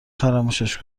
فراموشش